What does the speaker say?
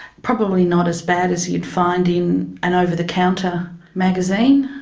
probably not as bad as you'd find in an over the counter magazine.